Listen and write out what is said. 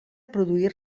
produir